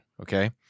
okay